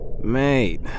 Mate